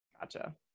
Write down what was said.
Gotcha